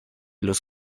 los